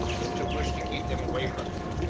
and to wish to keep them away from it.